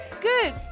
Good